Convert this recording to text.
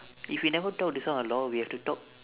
if you never talk this one !walao! we have to talk